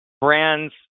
brands